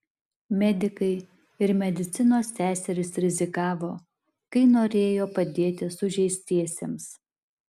medikai ir medicinos seserys rizikavo kai norėjo padėti sužeistiesiems